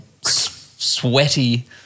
sweaty